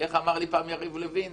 איך אמר לי פעם יריב לוין?